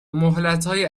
مهلتهای